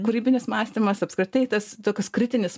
kūrybinis mąstymas apskritai tas toks kritinis